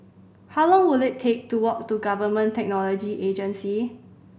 how long will it take to walk to Government Technology Agency